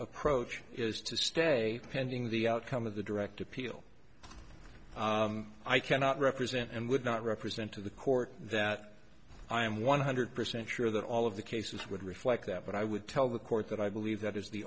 approach is to stay pending the outcome of the direct appeal i cannot represent and would not represent to the court that i am one hundred percent sure that all of the cases would reflect that but i would tell the court that i believe that is the